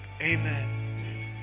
Amen